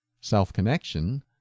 Self-connection